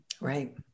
Right